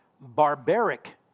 barbaric